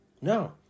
No